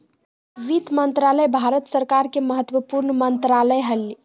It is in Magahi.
वित्त मंत्रालय भारत सरकार के महत्वपूर्ण मंत्रालय हइ